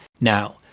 Now